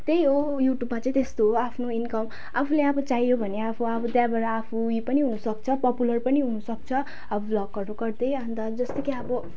त्यही हो युट्युबमा चाहिँ त्यस्तो हो आफ्नो इन्कम आफूले अब चाहियो भने आफू अब त्यहाँबाट आफू यो पनि हुनसक्छ पोपुलर पनि हुनसक्छ अब ब्लगहरू गर्दै अन्त जस्तो कि अब